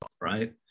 right